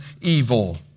evil